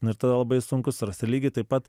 nu ir tada labai sunku surast ir lygiai taip pat